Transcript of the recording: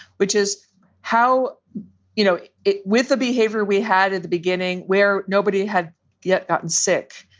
which is how you know it with the behavior we had at the beginning where nobody had yet gotten sick.